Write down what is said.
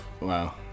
Wow